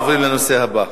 עוברים לנושא הבא.